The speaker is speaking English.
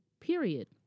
period